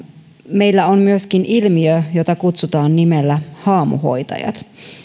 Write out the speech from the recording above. meillä on myöskin ilmiö jota kutsutaan nimellä haamuhoitajat